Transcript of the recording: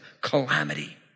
calamity